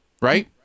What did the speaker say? Right